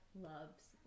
loves